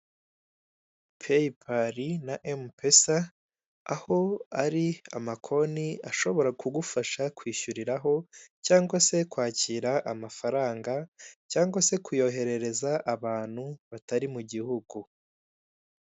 Peyi pali na emu pesa, aho ari amakonti ashobora kugufasha kwishyuriraho cyangwa se kuyohereza abantu batri mu hihugu.